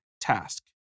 task